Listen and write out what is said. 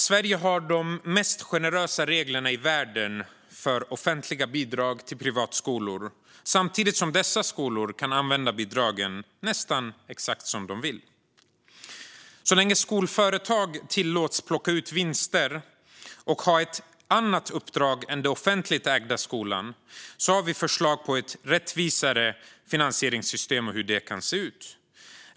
Sverige har de mest generösa reglerna i världen för offentliga bidrag till privatskolor, samtidigt som dessa skolor kan använda bidragen nästan precis som de vill. Så länge skolföretag tillåts plocka ut vinster och har ett annat uppdrag än den offentligt ägda skolan har vi förslag på ett rättvisare finansieringssystem och hur det kan se ut.